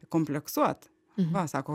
kompleksuot va sako